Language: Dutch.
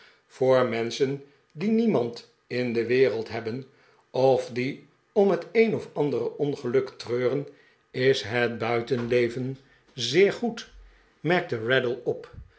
voor menschen die niemand in de wereld hebben of die om het een of andere ongeluk treuren is het buitenleven zeer goed merkte raddle op